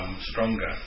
stronger